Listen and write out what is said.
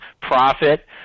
profit